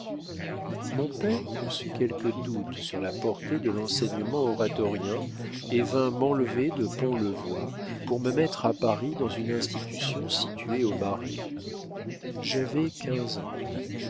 mon père conçut quelques doutes sur la portée de l'enseignement oratorien et vint m'enlever de pont le voy pour me mettre à paris dans une institution située au marais j'avais quinze ans